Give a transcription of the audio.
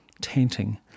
tainting